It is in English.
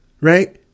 Right